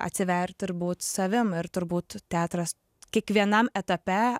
atsivert ir būt savim ir turbūt teatras kiekvienam etape